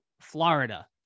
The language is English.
Florida